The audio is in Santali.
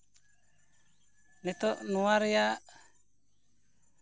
ᱱᱤᱛᱳᱜ ᱱᱚᱣᱟ ᱨᱮᱭᱟᱜ